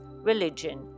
religion